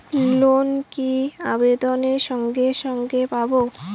Loan কি আবেদনের সঙ্গে সঙ্গে পাব?